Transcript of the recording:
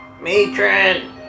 Matron